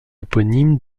éponyme